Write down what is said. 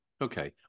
Okay